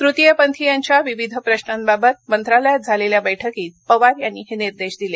तृतीयपंथीयांच्या विविध प्रशांबाबत मंत्रालयात झालेल्या बैठकीत पवार यांनी हे निर्देश दिले